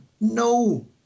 no